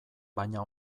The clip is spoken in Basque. baina